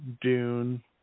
Dune